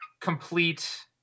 complete